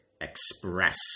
Express